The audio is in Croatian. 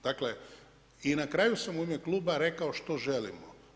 Dakle, i na kraju sam u ime kluba rekao što želimo.